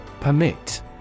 Permit